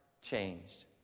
changed